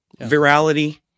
virality